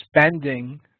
spending